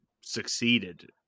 succeeded